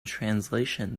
translation